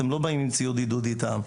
הם לא באים עם ציוד עידוד איתם.